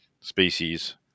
species